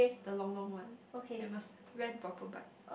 the long long one ye must rent proper bike